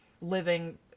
living